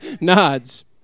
Nods